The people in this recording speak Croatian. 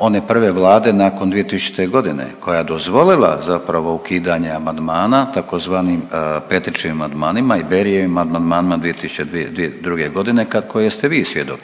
one prve vlade nakon 2000.g. koja je dozvolila zapravo ukidanje amandmana tzv. Petritschevim amandmanima i Barryjevim amandmanima 2002.g. koje ste vi svjedok.